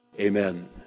Amen